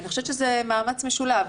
אני חושבת שזה מאמץ משולב.